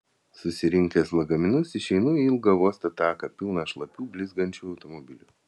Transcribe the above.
susirinkęs lagaminus išeinu į ilgą uosto taką pilną šlapių blizgančių automobilių